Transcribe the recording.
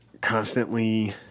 constantly